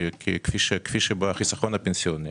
כפי שבחיסכון הפנסיוני